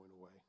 away